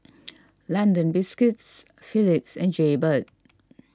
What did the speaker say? London Biscuits Phillips and Jaybird